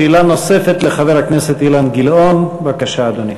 שאלה נוספת לחבר הכנסת אילן גילאון, בבקשה, אדוני.